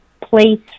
place